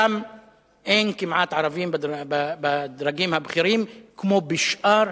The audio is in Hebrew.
שם אין כמעט ערבים בדרגים הבכירים, כמו בשאר